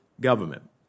government